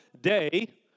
day